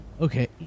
okay